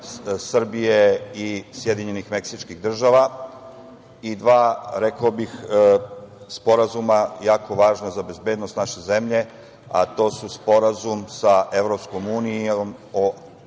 Srbije i Sjedinjenih Meksičkih Država i dva, rekao bih, sporazuma jako važna za bezbednost naše zemlje, a to su Sporazum sa EU o akciji i